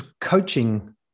coaching